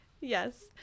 Yes